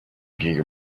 gear